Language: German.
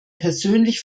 persönlich